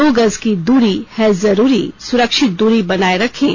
दो गज की दूरी है जरूरी सुरक्षित दूरी बनाए रखें